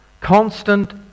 Constant